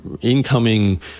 incoming